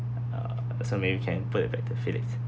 uh some of you can play it back to feel it